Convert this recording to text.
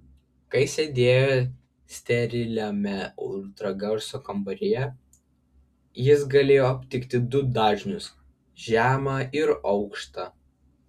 kai sėdėjo steriliame ultragarso kambaryje jis galėjo aptikti du dažnius žemą ir aukštą